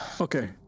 Okay